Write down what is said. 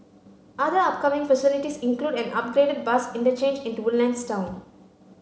other upcoming facilities include an upgraded bus interchange in the Woodlands town